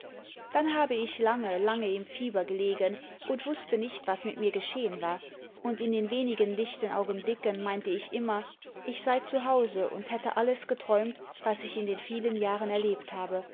dann habe ich lange lange im fieber gelegen und wußte nicht was mit mir geschehen war und in den wenigen lichten augenblicken meinte ich immer ich sei zu hause und hätte alles geträumt was ich in den vielen jahren erlebt habe